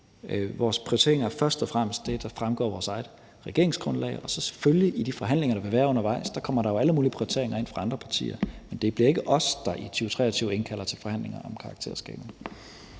Vores prioriteringer er først og fremmest det, der fremgår af vores eget regeringsgrundlag, og i de forhandlinger, der vil være undervejs, kommer der selvfølgelig alle mulige prioriteringer ind fra andre partier. Men det bliver ikke os, der i 2023 indkalder til forhandlinger om karakterskalaen.